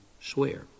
swear